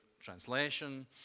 translation